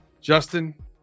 Justin